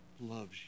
loves